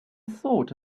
thought